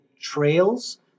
trails